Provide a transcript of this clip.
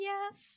Yes